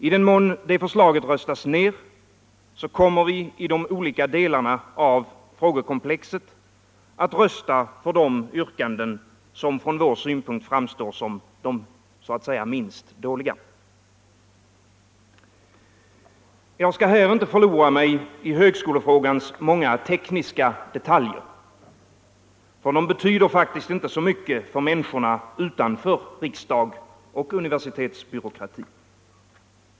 I den mån detta förslag röstas ner, kommer vi i de olika delarna av frågekomplexet att rösta för de yrkanden som från vår synpunkt framstår som så att säga de minst dåliga. Jag skall här inte förlora mig i högskolefrågans många tekniska detaljer. De betyder faktiskt inte så mycket för människorna utanför riksdag och universitetsbyråkrati.